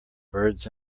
birds